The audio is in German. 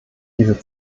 diese